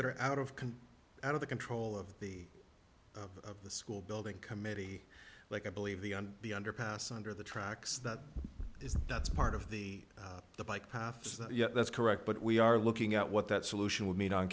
that are out of can out of the control of the of the school building committee like i believe the under the underpass under the tracks that is that's part of the the bike paths yes that's correct but we are looking at what that solution would mean on